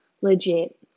legit